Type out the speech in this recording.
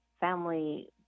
family